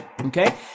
okay